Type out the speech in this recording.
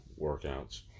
workouts